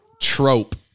trope